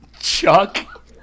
Chuck